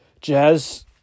Jazz